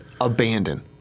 abandon